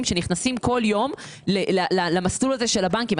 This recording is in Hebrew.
שנכנסים כל יום למסלול הזה של הבנקים.